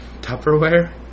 Tupperware